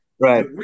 Right